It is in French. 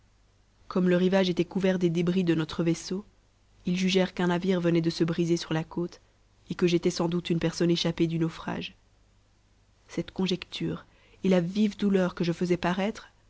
comme le rivage était couvert des débris de notre vaisseau ils jugèrent qu'un navire venait de se briser sur la côte et que j'étais sans doute une personne échappée du naufrage cette conjecture et la vive dou enr que je faisais paraître